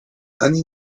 ani